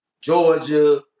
Georgia